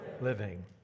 living